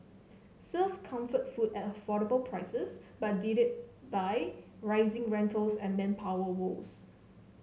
served comfort food at affordable prices but did it by rising rentals and manpower woes